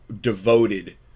devoted